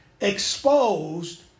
exposed